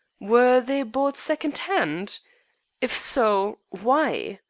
were they bought second-hand? if so, why?